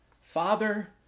Father